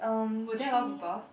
where there a lot of people